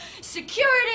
security